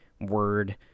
word